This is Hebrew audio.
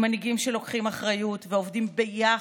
עם מנהיגים שלוקחים אחריות ועובדים ביחד,